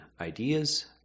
ideas